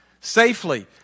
safely